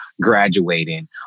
graduating